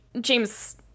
James